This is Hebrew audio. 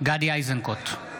גדי איזנקוט,